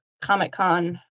Comic-Con